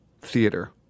theater